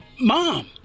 Mom